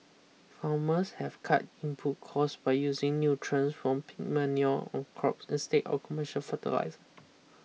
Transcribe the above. farmers have cut input costs by using nutrients from pig manure on crops instead of commercial fertilizer